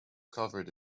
covered